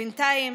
בינתיים